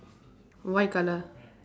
white colour